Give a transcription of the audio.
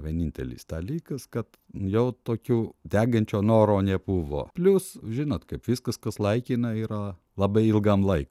vienintelis dalykas kad jau tokiu degančio noro nebuvo plius žinot kaip viskas kas laikina yra labai ilgam laikui